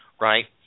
right